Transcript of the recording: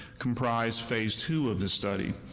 comprise phase two of the study.